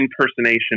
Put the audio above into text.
impersonation